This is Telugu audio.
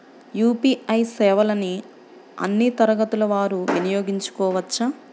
యూ.పీ.ఐ సేవలని అన్నీ తరగతుల వారు వినయోగించుకోవచ్చా?